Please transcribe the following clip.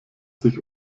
sich